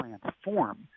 transform